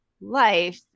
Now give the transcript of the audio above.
life